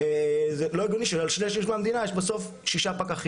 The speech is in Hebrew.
ולא הגיוני שעל שני שליש מהמדינה יש בסוף שישה פקחים.